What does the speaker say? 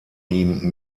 ihm